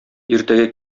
иртәгә